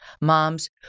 moms